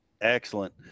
Excellent